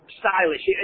stylish